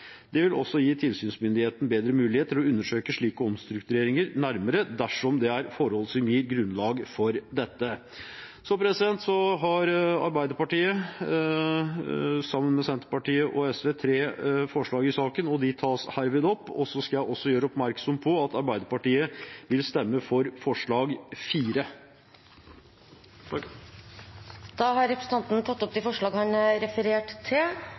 Det vil også gi tilsynsmyndigheten bedre mulighet til å undersøke slike omstruktureringer nærmere dersom det er forhold som gir grunnlag for dette.» Så har Arbeiderpartiet, sammen med Senterpartiet og SV, tre forslag i saken, og de tas herved opp. Jeg skal også gjøre oppmerksom på at Arbeiderpartiet vil stemme for forslag nr. 4. Da har representanten Stein Erik Lauvås tatt opp de forslagene han refererte til.